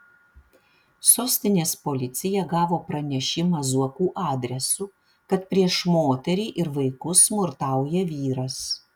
sostinės policija gavo pranešimą zuokų adresu kad prieš moterį ir vaikus smurtauja vyras